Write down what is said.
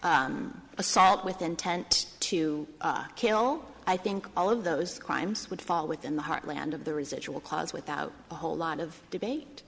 assault with intent to kill i think all of those crimes would fall within the heartland of the residual cause without a whole lot of debate